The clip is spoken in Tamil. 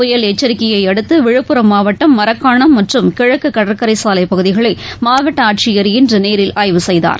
புயல் எச்சரிக்கையைஅடுத்துவிழுப்புரம் மாவட்டம் மரக்காணம் மற்றம் கிழக்குகடற்கரைசாலைபகுதிகளைமாவட்டஆட்சியர் இன்றுநேரில் ஆய்வு செய்தார்